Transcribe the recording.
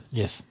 yes